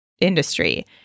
industry